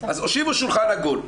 אז הושיבו שולחן עגול,